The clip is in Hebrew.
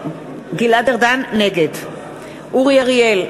נגד אורי אריאל,